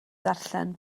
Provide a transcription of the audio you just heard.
darllen